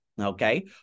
okay